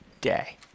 day